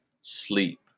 sleep